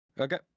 Okay